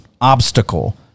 obstacle